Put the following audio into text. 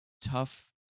tough